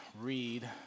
read